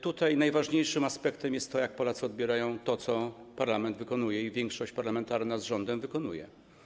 Tutaj najważniejszym aspektem jest to, jak Polacy odbierają to, co parlament i większość parlamentarna z rządem wykonują.